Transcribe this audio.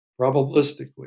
probabilistically